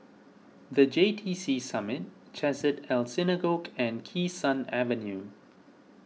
the J T C Summit Chesed El Synagogue and Kee Sun Avenue